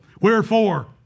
wherefore